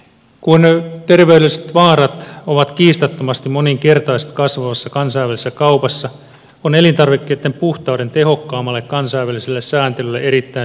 kun terveydelliset vaarat ovat kiistattomasti moninkertaiset kasvavassa kansainvälisessä kaupassa on elintarvikkeitten puhtauden tehokkaammalle kansainväliselle sääntelylle erittäin suuri tarve